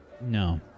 No